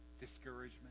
discouragement